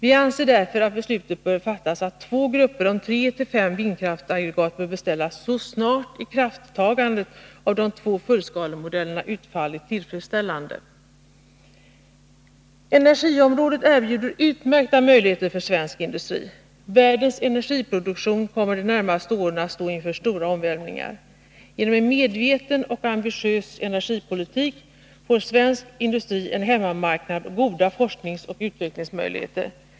Vi anser därför att beslut bör fattas om att två grupper om tre-fem vindkraftsaggregat bör beställas så snart idrifttagandet av de två fullskalemodellerna utfallit tillfredsställande. Energiområdet erbjuder utmärkta möjligheter för svensk industri. Världens energiproduktion kommer de närmaste åren att stå inför stora omvälvningar. Genom en medveten och ambitiös energipolitik får svensk industri en hemmamarknad och goda forskningsoch utvecklingsmöjligheter.